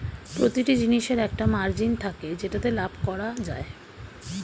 প্রতিটি জিনিসের একটা মার্জিন থাকে যেটাতে লাভ করা যায়